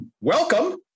welcome